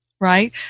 Right